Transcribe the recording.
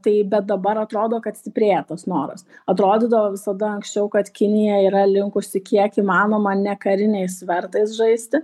tai bet dabar atrodo kad stiprėja tas noras atrodydavo visada anksčiau kad kinija yra linkusi kiek įmanoma ne kariniais svertais žaisti